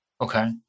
Okay